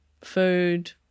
food